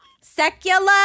Secular